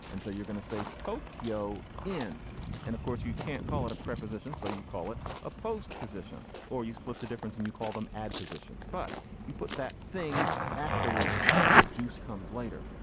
and so you're going to say tokyo in and of course you can't call it a preposition. so you call it a post position or you split the difference and you call them add positions but you put that thing afterwards because the juice comes later.